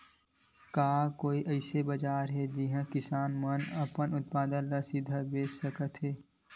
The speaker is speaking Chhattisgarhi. का कोई अइसे बाजार हे जिहां किसान मन अपन उत्पादन ला सीधा बेच सकथे?